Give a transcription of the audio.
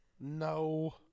No